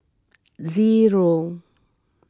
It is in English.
zero